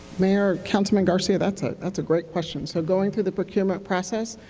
mayor, councilman garcia, that's that's great question. so, going through the procurement process,